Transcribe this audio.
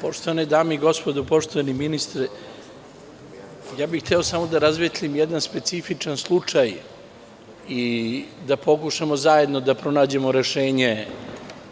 Poštovane dame i gospodo narodni poslanici, poštovani ministre, hteo bih da rasvetlim jedan specifičan slučaj i da pokušamo zajedno da pronađemo rešenje